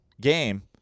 game